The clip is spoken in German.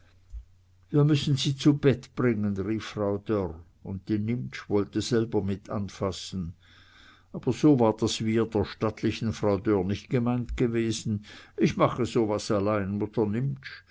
wir müssen sie zu bett bringen rief frau dörr und die nimptsch wollte selber mit anfassen aber so war das wir der stattlichen frau dörr nicht gemeint gewesen ich mache so was allein mutter